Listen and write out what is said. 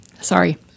Sorry